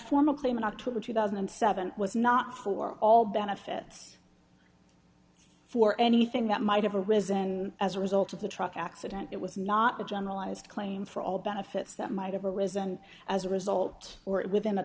formal claim in october two thousand and seven was not for all benefits for anything that might have arisen as a result of the truck accident it was not a generalized claim for all benefits that might have arisen as a result or it within a